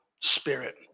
spirit